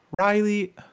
Riley